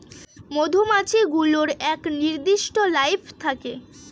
মধুমাছি গুলোর এক নির্দিষ্ট লাইফ থাকে